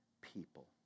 people